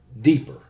deeper